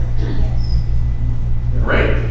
Great